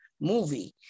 movie